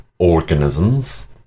organisms